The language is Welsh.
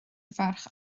ferch